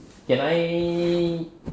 can I